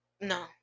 No